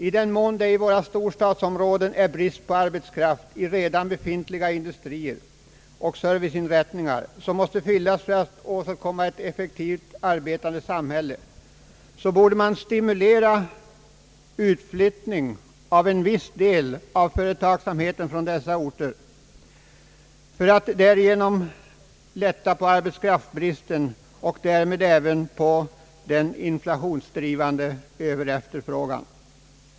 I den mån det i våra storstadsområden är brist på arbetskraft i redan befintliga industrier och serviceinrättningar, som måste fyllas för att åstadkomma ett effektivt arbetande samhälle, borde man stimulera utflyttning av en viss del av företagsamheten från dessa orter för att därigenom lätta på arbetskraftsbristen och därmed även på den inflationsdrivande överefterfrågan.